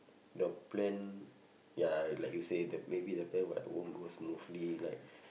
the plan ya like you say the maybe the plan like won't go smoothly like